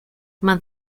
más